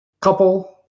couple